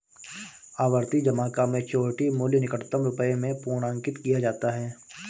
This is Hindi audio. आवर्ती जमा का मैच्योरिटी मूल्य निकटतम रुपये में पूर्णांकित किया जाता है